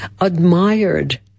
admired